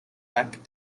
back